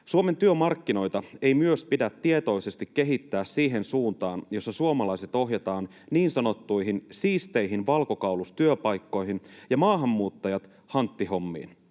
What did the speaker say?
”Suomen työmarkkinoita ei myös pidä tietoisesti kehittää siihen suuntaan, jossa suomalaiset ohjataan niin sanottuihin siisteihin valkokaulustyöpaikkoihin ja maahanmuuttajat hanttihommiin.